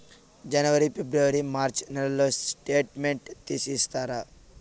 జనవరి, ఫిబ్రవరి, మార్చ్ నెలల స్టేట్మెంట్ తీసి ఇస్తారా?